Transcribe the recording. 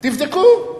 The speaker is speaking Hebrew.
תבדקו.